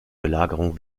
belagerung